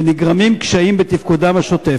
ונגרמים קשיים בתפקודן השוטף.